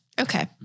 Okay